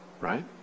right